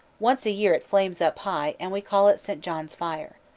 once a year it flames up high, and we call it st. john's fire.